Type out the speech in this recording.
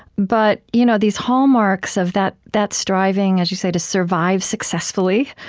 but you know these hallmarks of that that striving, as you say, to survive successfully,